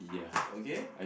okay